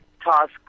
task